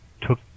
took